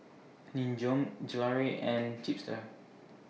Nin Jiom Gelare and Chipster